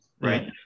right